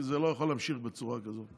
כי זה לא יכול להימשך בצורה כזאת.